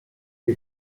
che